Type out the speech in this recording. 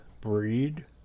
Breed